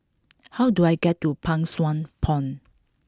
how do I get to Pang Sua Pond